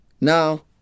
now